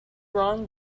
wrong